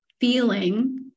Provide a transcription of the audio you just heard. feeling